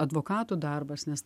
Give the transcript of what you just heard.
advokatų darbas nes